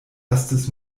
erstes